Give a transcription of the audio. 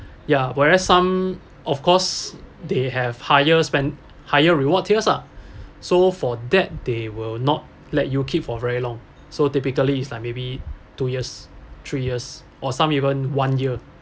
ya whereas some of course they have higher spent higher reward tiers ah so for that they will not let you keep for very long so typically it's like maybe two years three years or some even one year